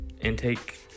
intake